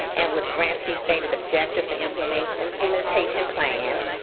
and with grantee-stated objectives and implementation implementation plan.